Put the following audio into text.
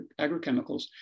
agrochemicals